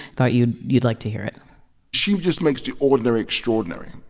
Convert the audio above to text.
thought you'd you'd like to hear it she just makes the ordinary extraordinary.